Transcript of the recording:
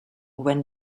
when